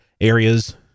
areas